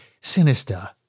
sinister